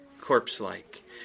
corpse-like